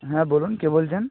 হ্যাঁ বলুন কে বলছেন